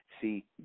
See